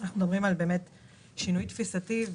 על שינוי תפיסתי.